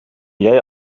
jij